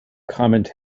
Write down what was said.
comment